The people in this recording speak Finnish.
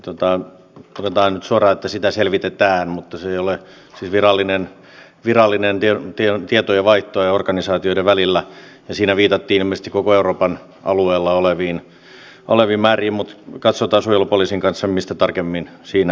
todetaan nyt suoraan että sitä selvitetään mutta se ei ole siis virallinen tietojenvaihto organisaatioiden välillä ja siinä viitattiin ilmeisesti koko euroopan alueella oleviin määriin mutta katsotaan suojelupoliisin kanssa mistä tarkemmin siinä on kyse